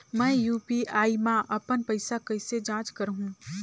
मैं यू.पी.आई मा अपन पइसा कइसे जांच करहु?